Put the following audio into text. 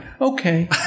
okay